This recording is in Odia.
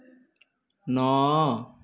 ନଅ